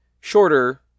shorter